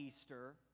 Easter